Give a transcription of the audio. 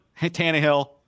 Tannehill